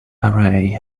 array